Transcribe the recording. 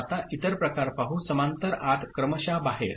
आता इतर प्रकार पाहू समांतर आत क्रमशः बाहेर